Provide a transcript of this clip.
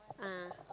ah